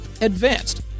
advanced